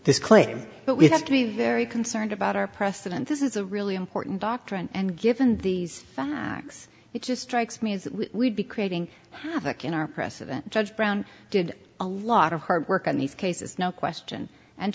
this claim but we have to be very concerned about our precedent this is a really important doctrine and given these facts it just strikes me as we'd be creating havoc in our president judge brown did a lot of hard work on these cases no question and